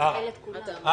מאתחל את הכול.